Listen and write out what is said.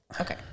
Okay